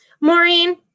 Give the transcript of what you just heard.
Maureen